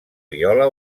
viola